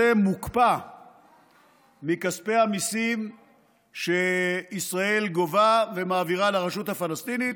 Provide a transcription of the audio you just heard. מוקפא מכספי המיסים שישראל גובה ומעבירה לרשות הפלסטינית.